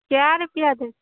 कए रुपया देतै